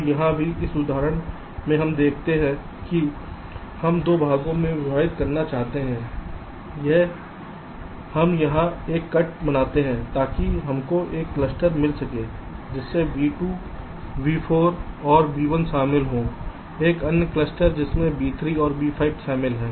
तो यहाँ भी इस उदाहरण में हम कहते हैं कि हम 2 भागों में विभाजित करना चाहते हैं हम यहाँ एक कट बनाते हैं ताकि आपको एक क्लस्टर मिल सके जिसमें V2 V4 और V1 शामिल हों एक अन्य क्लस्टर जिसमें V3 और V5 शामिल हैं